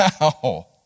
Wow